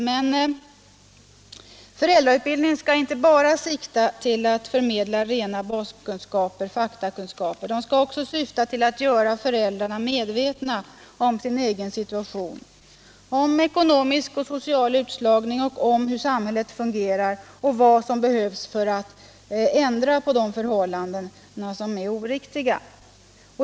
Men föräldrautbildningen skall inte bara sikta till att förmedla rena faktakunskaper; den skall också syfta till att göra föräldrarna medvetna om sin egen situation, om ekonomisk och social utslagning och om hur samhället fungerar, och vad som behövs för att ändra på förhållanden som är oriktiga.